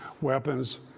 weapons